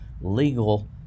legal